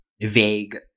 vague